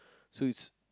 so it's